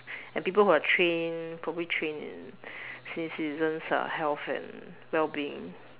and people who are trained properly trained in senior citizens uh health and well being